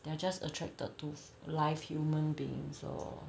they are just attracted to live human beings or